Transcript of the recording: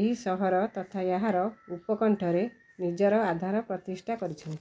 ଏହି ସହର ତଥା ଏହାର ଉପକଣ୍ଠରେ ନିଜର ଆଧାର ପ୍ରତିଷ୍ଠା କରିଛନ୍ତି